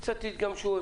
קצת תתגמשו.